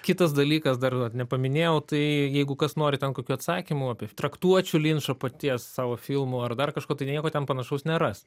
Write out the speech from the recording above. kitas dalykas dar va nepaminėjau tai jeigu kas nori ten kokių atsakymų apie traktuočių linčo paties savo filmų ar dar kažko tai nieko ten panašaus neras